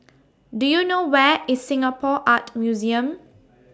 Do YOU know Where IS Singapore Art Museum